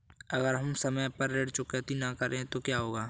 अगर हम समय पर ऋण चुकौती न करें तो क्या होगा?